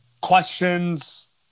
questions